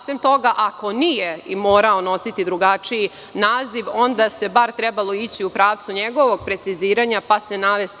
Sem toga, ako i nije morao nositi drugačiji naziv, onda se bar trebalo ići u pravcu njegovog preciziranja, pa se navesti.